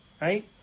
right